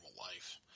life